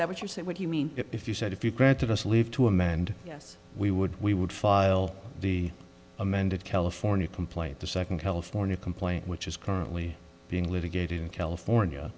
that what you said what do you mean if you said if you grant of us leave to amend yes we would we would file the amended california complaint the second california complaint which is currently being litigated in california